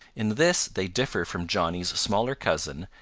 in this they differ from johnny's smaller cousin,